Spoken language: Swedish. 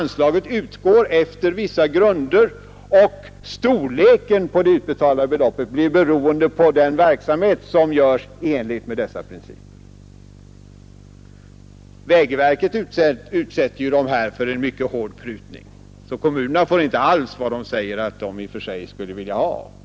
Anslaget utgår efter vissa grunder, och storleken på det utbetalda beloppet blir beroende av den verksamhet som bedrivs i enlighet med dessa principer. Vägverket utsätter kraven för mycket hårda prutningar, och kommunerna får därför inte alls vad de skulle vilja ha.